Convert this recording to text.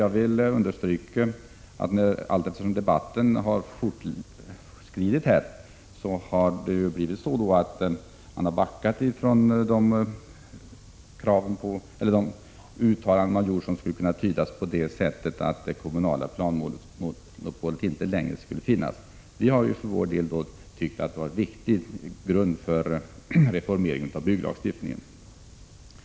Jag vill understryka att moderaterna och folkpartisterna allteftersom debatten fortskridit avvikit från uttalanden som skulle kunna tolkas så att de ville upplösa det kommunala planmonopolet. Vi har för vår del tyckt att detta varit en viktig grund vid reformeringen av bygglagstiftningen.